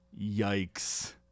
Yikes